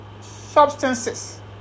substances